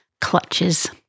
clutches